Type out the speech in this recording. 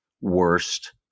worst